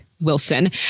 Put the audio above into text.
Wilson